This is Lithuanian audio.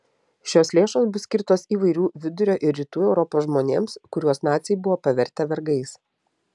šios lėšos bus skirtos įvairių vidurio ir rytų europos žmonėms kuriuos naciai buvo pavertę vergais